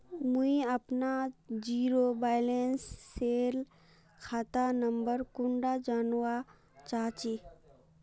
मुई अपना zero balance सेल खाता नंबर कुंडा जानवा चाहची?